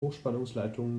hochspannungsleitungen